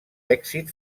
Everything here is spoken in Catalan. èxit